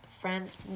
friends